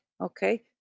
okay